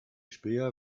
späher